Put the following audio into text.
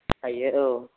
हायो औ